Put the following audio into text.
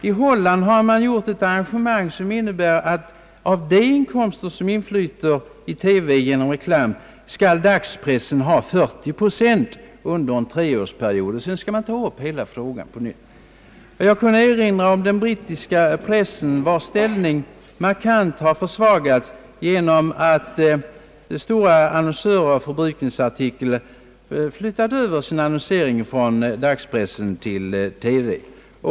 I Holland har det gjorts ett arrangemang, att av de inkomster som inflyter från reklam i TV skall dagspressen ha 40 procent under en treårsperiod, och sedan skall hela frågan tas upp på nytt. Jag vill vidare erinra om att den brittiska pressens ställning försvagats genom att stora annonsörer av förbrukningsartiklar flyttat över sin annonsering från dagspressen till TV.